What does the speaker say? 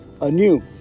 Anew